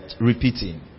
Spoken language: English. repeating